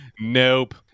Nope